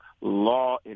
law